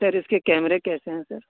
سر اس کے کیمرے کیسے ہیں سر